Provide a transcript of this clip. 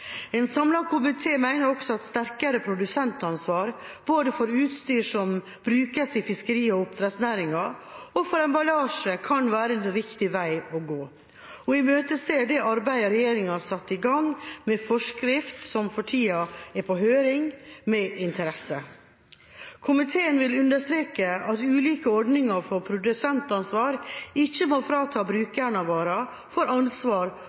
En samlet komité mener også at sterkere produsentansvar – både for utstyr som brukes i fiskeri- og oppdrettsnæringen, og for emballasje – kan være en riktig vei å gå, og imøteser med interesse det arbeidet regjeringa har satt i gang med en forskrift som for tida er på høring. Komiteen vil understreke at ulike ordninger for produsentansvar ikke må frata brukeren av varer ansvar